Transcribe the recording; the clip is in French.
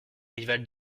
rival